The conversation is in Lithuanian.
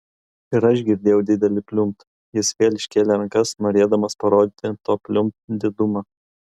ir aš girdėjau didelį pliumpt jis vėl iškėlė rankas norėdamas parodyti to pliumpt didumą